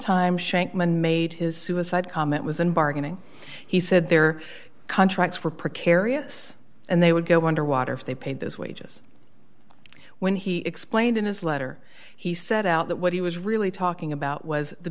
time shankman made his suicide comment was an bargaining he said their contracts were precarious and they would go underwater if they paid those wages when he explained in his letter he set out that what he was really talking about was the